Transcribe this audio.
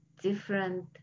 different